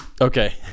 Okay